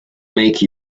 make